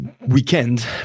weekend